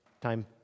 time